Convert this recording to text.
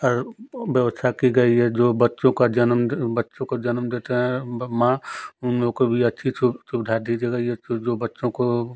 हर ब्यवस्था की गई है जो बच्चों का जनम दिन बच्चों का जनम देते हैं बा माँ उन लोग को भी अच्छी छुब सुविधा दी गई है जो जो बच्चों को